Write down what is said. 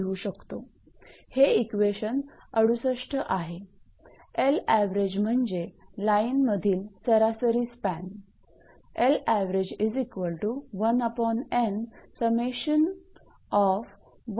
𝐿𝑎𝑣𝑔 म्हणजेलाईनमधील सरासरी स्पॅन असेल